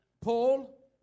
Paul